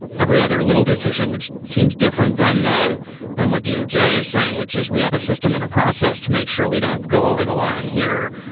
every other little decision which seems different than the than what doj is saying, which is we have a system and a process to make sure we don't go over the line here.